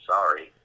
Sorry